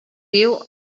viu